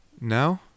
No